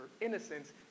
innocence